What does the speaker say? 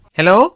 Hello